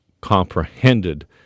comprehended